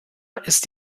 ist